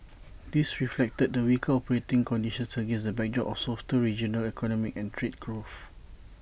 this reflected the weaker operating conditions against the backdrop of softer regional economic and trade growth